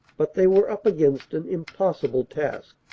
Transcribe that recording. but they were up against an impossible task.